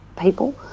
people